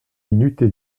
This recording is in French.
minutes